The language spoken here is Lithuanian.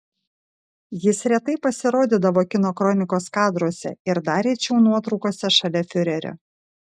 jis retai pasirodydavo kino kronikos kadruose ir dar rečiau nuotraukose šalia fiurerio